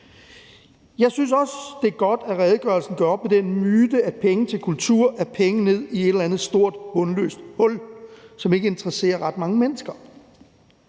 Jeg synes også, det er godt, at redegørelsen gør op med den myte, at penge til kultur er penge ned i et eller andet stort bundløst hul, som ikke interesserer ret mange mennesker.